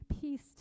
peace